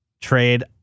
trade